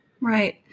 Right